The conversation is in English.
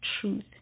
truth